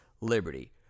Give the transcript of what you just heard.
Liberty